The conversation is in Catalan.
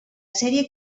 sèrie